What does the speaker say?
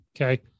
Okay